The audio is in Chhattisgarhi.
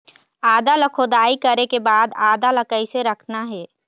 आदा ला खोदाई करे के बाद आदा ला कैसे रखना हे?